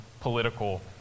political